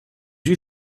you